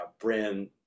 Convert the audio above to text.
brand